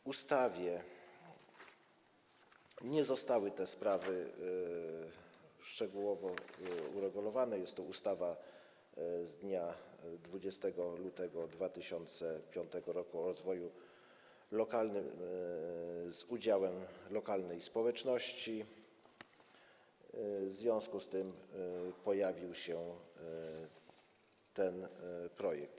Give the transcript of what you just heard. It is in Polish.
W ustawie te sprawy nie zostały szczegółowo uregulowane - jest to ustawa z dnia 20 lutego 2005 r. o rozwoju lokalnym z udziałem lokalnej społeczności - w związku z czym pojawił się ten projekt.